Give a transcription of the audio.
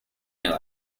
new